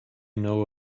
know